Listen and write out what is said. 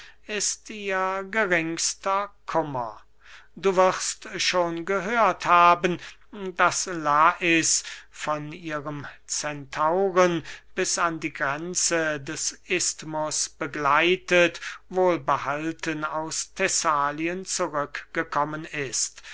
ist ihr geringster kummer du wirst schon gehört haben daß lais von ihrem centauren bis an die grenze des isthmus begleitet wohlbehalten aus thessalien zurückgekommen ist